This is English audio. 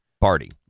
party